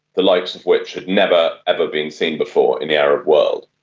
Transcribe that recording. the likes of which had never, ever been seen before in the arab world.